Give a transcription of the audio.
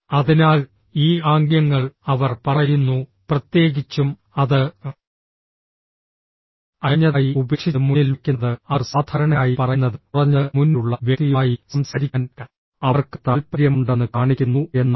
അതിനാൽ ഈ ആംഗ്യങ്ങൾ അവർ പറയുന്നു പ്രത്യേകിച്ചും അത് അയഞ്ഞതായി ഉപേക്ഷിച്ച് മുന്നിൽ വയ്ക്കുന്നത് അവർ സാധാരണയായി പറയുന്നത് കുറഞ്ഞത് മുന്നിലുള്ള വ്യക്തിയുമായി സംസാരിക്കാൻ അവർക്ക് താൽപ്പര്യമുണ്ടെന്ന് കാണിക്കുന്നു എന്നാണ്